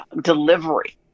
delivery